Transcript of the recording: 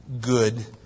good